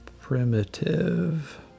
primitive